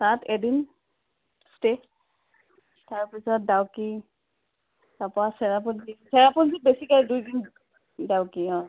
তাত এদিন ষ্টে তাৰপিছত ডাউকি তাৰপৰা চেৰাপুঞ্জী চেৰাপুঞ্জী বেছিকে দুইদিন ডাউকি অঁ